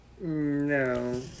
No